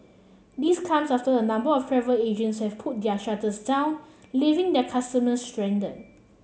this comes after a number of travel agents have pulled their shutters down leaving their customers stranded